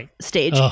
stage